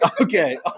Okay